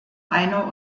einer